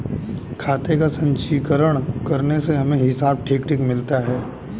खाते का संचीकरण करने से हमें हिसाब ठीक ठीक मिलता है